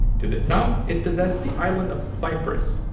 to the south, it possessed the island of cyprus,